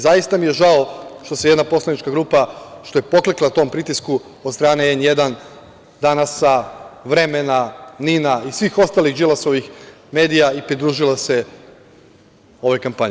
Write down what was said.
Zaista mi je žao što je jedna poslanička grupa poklekla tom pritisku od strane N1, „Danasa“, „Vremena“, NIN-a i svih ostalih Đilasovih medija i pridružila se ovoj kampanji.